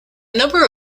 number